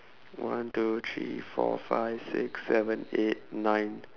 one two three four five six seven eight nine